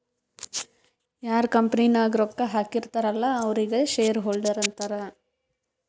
ಯಾರ್ ಕಂಪನಿ ನಾಗ್ ರೊಕ್ಕಾ ಹಾಕಿರ್ತಾರ್ ಅಲ್ಲಾ ಅವ್ರಿಗ ಶೇರ್ ಹೋಲ್ಡರ್ ಅಂತಾರ